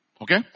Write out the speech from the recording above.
Okay